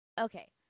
Okay